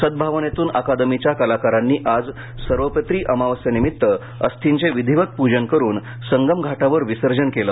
सद् भावनेतून अकादमीच्या कलाकारांनी आज सर्वपित्री अमावस्येनिमित्त अस्थींचे विधीवत पूजन करून संगम घाटावर विसर्जन केले